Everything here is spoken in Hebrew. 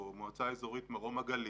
או במועצה אזורית מרום הגליל,